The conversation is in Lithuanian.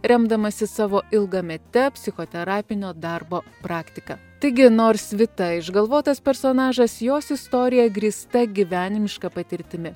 remdamasis savo ilgamete psichoterapinio darbo praktika taigi nors vita išgalvotas personažas jos istorija grįsta gyvenimiška patirtimi